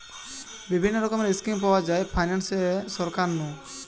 বিভিন্ন রকমের স্কিম পাওয়া যায় ফাইনান্সে সরকার নু